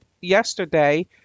yesterday